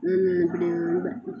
പിന്നെ